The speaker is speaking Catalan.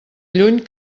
lluny